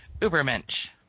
Ubermensch